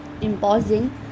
imposing